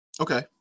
Okay